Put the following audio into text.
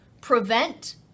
prevent